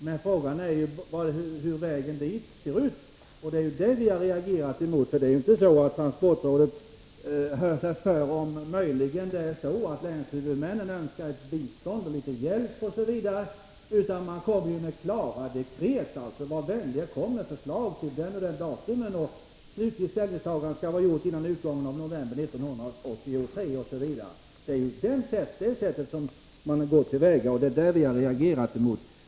Men frågan är hur vägen dit ser ut. Det är det vi har reagerat emot. Det är ju inte så att transportrådet hör sig för om det möjligen är så att länshuvudmännen önskar bistånd och hjälp, utan man kommer med klara dekret: Var vänlig kom med förslag till angivet datum! Slutlig ställning skall ha tagits före utgången av november 1983! Det är på det sättet man går till väga, och det är det som vi har reagerat mot.